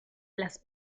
las